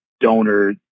donor